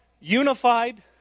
Unified